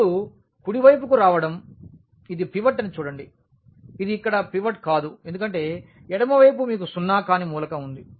ఇప్పుడు కుడి వైపుకు రావడం ఇది పివట్ అని చూడండి ఇది ఇక్కడ పివట్ కాదు ఎందుకంటే ఎడమవైపు మీకు సున్నా కాని మూలకం ఉంది